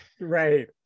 right